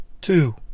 two